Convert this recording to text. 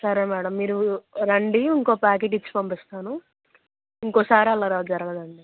సరే మేడం మీరు రండి ఇంకొక ప్యాకెట్ ఇచ్చి పంపిస్తాను ఇంకొకసారి అలా జరగదండి